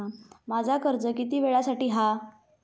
माझा कर्ज किती वेळासाठी हा?